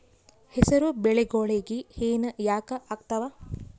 ಹೆಸರು ಬೆಳಿಗೋಳಿಗಿ ಹೆನ ಯಾಕ ಆಗ್ತಾವ?